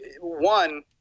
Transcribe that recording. one